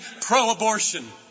pro-abortion